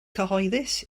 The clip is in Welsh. cyhoeddus